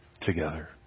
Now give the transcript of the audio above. together